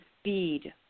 speed